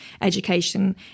education